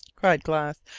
cried glass,